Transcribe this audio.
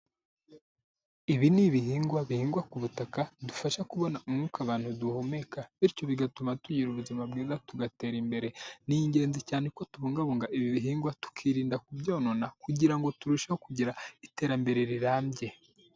Ibi ni ibihingwa bihingwa ku butaka bidufasha kubona umwuka abantu duhumeka bityo bigatuma tugira ubuzima bwiza tugatera imbere, ni ingenzi cyane ko tubungabunga ibi bihingwa tukirinda kubyonona kugira ngo turusheho kugira iterambere rirambye.